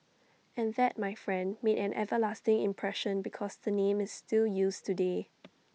and that my friend made an everlasting impression because the name is still used today